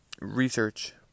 research